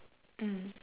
mm